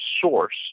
source